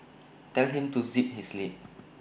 tell him to zip his lip